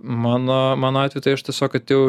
mano mano atveju tai aš tiesiog atėjau